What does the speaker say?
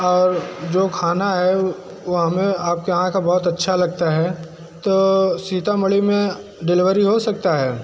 और जो खाना है वो हमें आप के यहाँ का बहुत अच्छा लगता है तो सीतामढ़ी में डेलेवरी हो सकता है